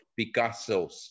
Picassos